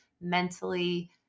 mentally